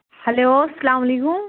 hello اسلام علیکُم